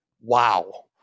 Wow